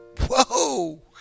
whoa